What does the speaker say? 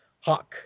Hawk